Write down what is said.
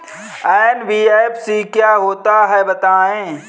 NBFC क्या होता है बताएँ?